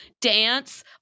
dance